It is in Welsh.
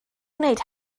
gwneud